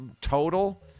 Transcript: total